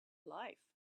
life